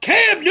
Cam